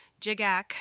JIGAC